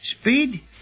Speed